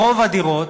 רוב הדירות,